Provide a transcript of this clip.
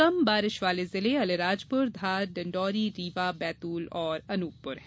कम बारिश वाले जिले अलीराजपुर धार डिंडौरी रीवा बैतूल और अनूपपुर हैं